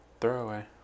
throwaway